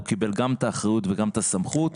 הוא קיבל גם את האחריות וגם את הסמכות,